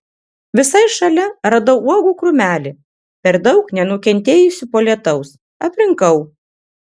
visai šalia radau uogų krūmelį per daug nenukentėjusį po lietaus aprinkau